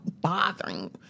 bothering